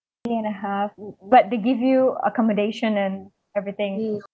day and a half but they give you accommodation and everything